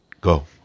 Go